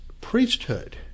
priesthood